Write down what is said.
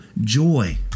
joy